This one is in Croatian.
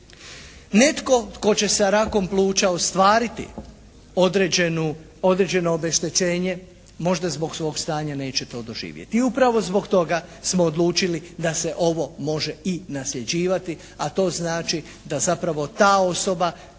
Netko tko će sa rakom pluća ostvariti određeno obeštećenje možda zbog svog stanja neće to doživjeti i upravo zbog toga smo odlučili da se ovo može i nasljeđivati, a to znači da zapravo ta osoba